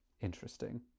Interesting